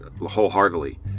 wholeheartedly